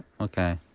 okay